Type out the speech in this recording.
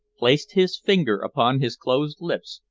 placed his finger upon his closed lips,